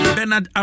Bernard